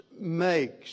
makes